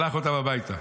שלח אותם הביתה,